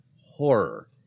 horror